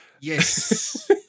Yes